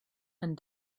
and